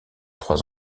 trois